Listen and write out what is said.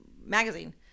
magazine